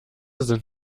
sind